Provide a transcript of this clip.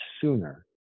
sooner